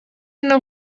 não